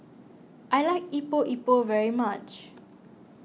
I like Epok Epok very much